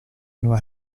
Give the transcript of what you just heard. nueva